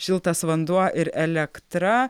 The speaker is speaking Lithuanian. šiltas vanduo ir elektra